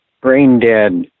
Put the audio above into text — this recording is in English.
brain-dead